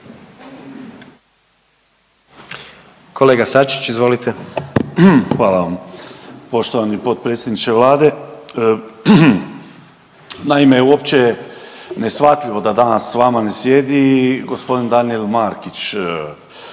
suverenisti)** Hvala vam. Poštovani potpredsjedniče Vlade, naime uopće je neshvatljivo da danas sa vama ne sjedi i gospodin Danijel Markić